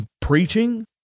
preaching